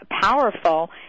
powerful